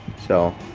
so,